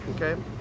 Okay